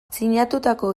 sinatutako